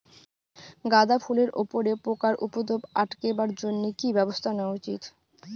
গাঁদা ফুলের উপরে পোকার উপদ্রব আটকেবার জইন্যে কি ব্যবস্থা নেওয়া উচিৎ?